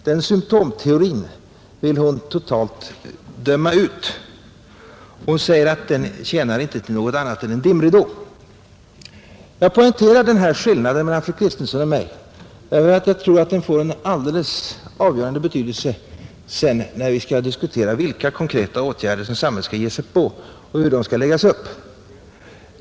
Den teorin vill hon totalt döma ut. Hon säger att den inte tjänar till något annat än att vara en dimridå. Jag poängterar denna skillnad mellan fru Kristensson och mig därför att jag tror den får en avgörande betydelse när vi skall diskutera vilka konkreta åtgärder som samhället skall vidta och hur de skall läggas upp.